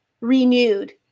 renewed